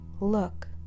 Look